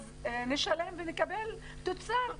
אז נשלם ונקבל תוצר.